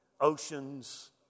Oceans